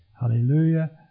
Hallelujah